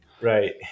Right